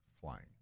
Flying